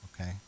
okay